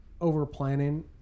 over-planning